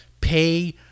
pay